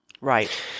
Right